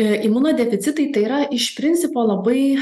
imunodeficitai tai yra iš principo labai